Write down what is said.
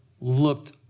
looked